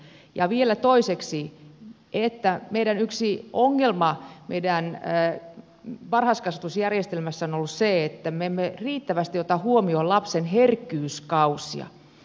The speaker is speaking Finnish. ja vielä toiseksi yksi ongelma meidän varhaiskasvatusjärjestelmässämme on ollut se että me emme riittävästi ota huomioon lapsen herkkyyskausia